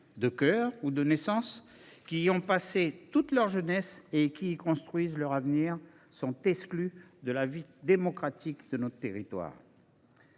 de cœur ou de naissance, qui y ont passé toute leur jeunesse et qui y construisent leur avenir, sont exclus de la vie démocratique de notre territoire.